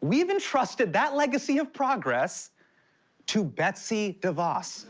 we've entrusted that legacy of progress to betsy devos.